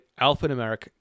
alphanumeric